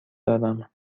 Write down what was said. دارم